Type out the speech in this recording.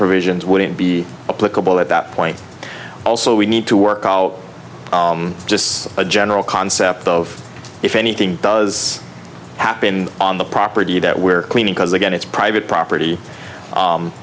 provisions wouldn't be political at that point also we need to work out just a general concept of if anything does happen on the property that we're cleaning because again it's private property